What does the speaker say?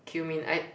cumin I